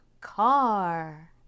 car